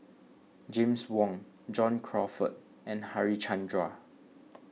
James Wong John Crawfurd and Harichandra